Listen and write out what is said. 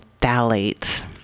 phthalates